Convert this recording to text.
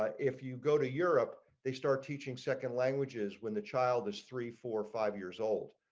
ah if you go to europe, they start teaching second language is when the child is three, four, five, years old.